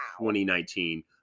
2019